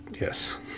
Yes